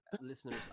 Listeners